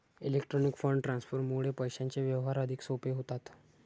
electronic fund ट्रान्सफरमुळे पैशांचे व्यवहार अधिक सोपे होतात